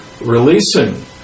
releasing